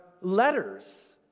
letters